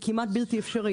היא כמעט בלתי אפשרית.